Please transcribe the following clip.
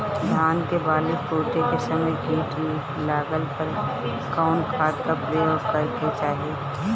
धान के बाली फूटे के समय कीट लागला पर कउन खाद क प्रयोग करे के चाही?